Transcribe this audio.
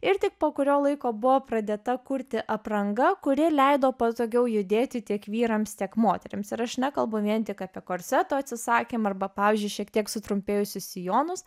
ir tik po kurio laiko buvo pradėta kurti apranga kuri leido patogiau judėti tiek vyrams tiek moterims ir aš nekalbu vien tik apie korsetų atsisakymą arba pavyzdžiui šiek tiek sutrumpėjusius sijonus